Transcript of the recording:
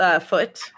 foot